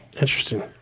Interesting